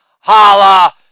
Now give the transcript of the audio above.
Holla